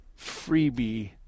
freebie